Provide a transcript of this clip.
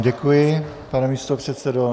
Děkuji, pane místopředsedo.